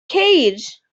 cage